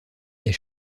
est